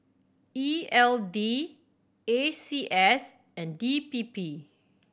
E L D A C S and D P P